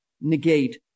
negate